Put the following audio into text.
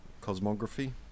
cosmography